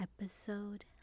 episode